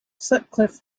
sutcliffe